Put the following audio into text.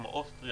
כמו אוסטריה,